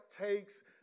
takes